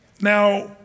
now